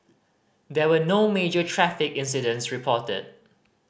there were no major traffic incidents reported